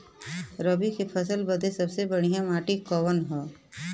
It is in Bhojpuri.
रबी क फसल बदे सबसे बढ़िया माटी का ह?